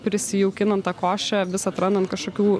prisijaukinom tą košę vis atrandant kažkokių